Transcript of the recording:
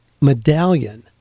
medallion